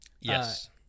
Yes